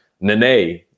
Nene